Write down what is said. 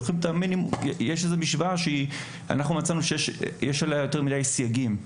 יש משוואה שאנחנו מצאנו שיש עליה יותר מדיי סייגים.